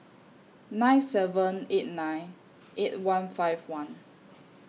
nine seven eight nine eight one five one